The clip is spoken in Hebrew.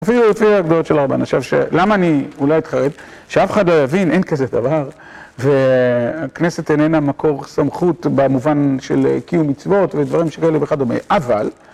הופיעו יפה הגדולות של הרמן. עכשיו, למה אני אולי אתחרט שאף אחד לא יבין, אין כזה דבר, והכנסת איננה מקור סמכות במובן של קיום ומצוות ודברים שכאלה וכדומה. אבל,